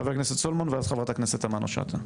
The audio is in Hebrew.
חבר הכנסת סולמון ואז חברת הכנסת תמנו שטה.